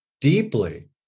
deeply